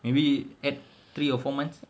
maybe add three or four months